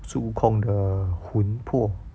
孙悟空的魂破